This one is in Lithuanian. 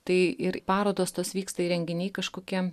tai ir parodos tos vyksta ir renginiai kažkokie